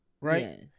right